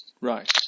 right